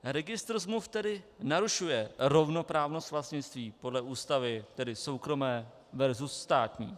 Registr smluv tedy narušuje rovnoprávnost vlastnictví podle Ústavy, tedy soukromé versus státní.